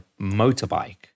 motorbike